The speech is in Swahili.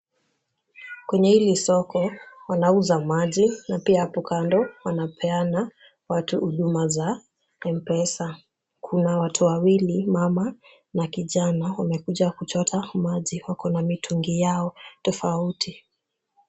Kwenye hili soko wanauza maji na pia hapo kando wanapeana watu huduma za Mpesa. Kuna watu wawili mama na kijana wamekuja kuchota maji. Wako na mitungi yao tofauti.